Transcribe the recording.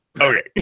Okay